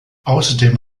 außerdem